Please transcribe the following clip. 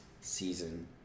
season